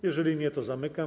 Jeżeli nie, to ją zamykam.